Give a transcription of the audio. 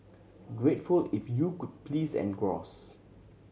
grateful if you could please engross